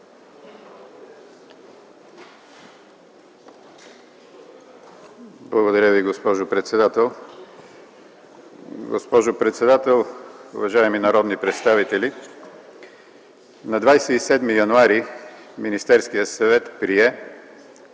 Благодаря Ви, госпожо председател. Госпожо председател, уважаеми народни представители! На 27 януари Министерският съвет прие